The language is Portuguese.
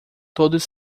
todos